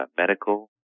medical